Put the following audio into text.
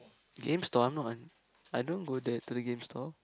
games store I'm not one I don't go there to the games store